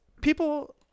People